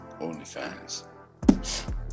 OnlyFans